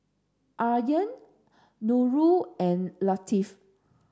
Aryan Nurul and Latif